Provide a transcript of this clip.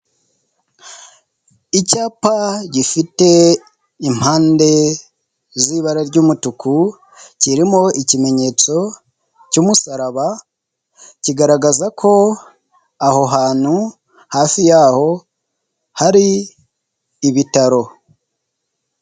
Icyapa gifite impande z'ibara ry'umutuku, kirimo ikimenyetso cy'umusaraba, kigaragaza ko aho hantu hafi yaho hari ibitaro.